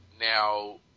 Now